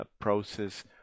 process